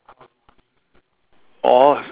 orh